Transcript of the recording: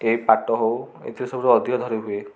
ଏ ପାଟ ହଉ ଏଥିରେ ସବୁଠୁ ଅଧିକ ଧରି ହୁଏ